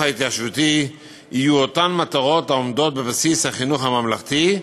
ההתיישבותי יהיו אותן מטרות העומדות בבסיס החינוך הממלכתי,